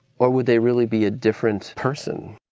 or would they really be a different person?